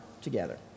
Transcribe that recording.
together